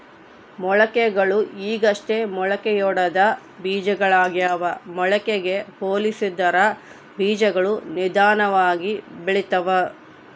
ಮೊಳಕೆಗಳು ಈಗಷ್ಟೇ ಮೊಳಕೆಯೊಡೆದ ಬೀಜಗಳಾಗ್ಯಾವ ಮೊಳಕೆಗೆ ಹೋಲಿಸಿದರ ಬೀಜಗಳು ನಿಧಾನವಾಗಿ ಬೆಳಿತವ